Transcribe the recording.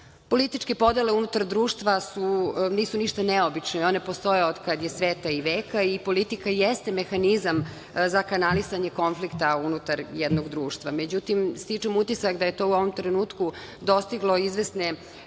podele unutar društva nisu ništa neobične i one postoje otkad je sveta i veka i politika jeste mehanizam za kanalisanje konflikta unutar jednog društva.Međutim, stičem utisak da je to u ovom trenutku dostiglo izvesne